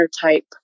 type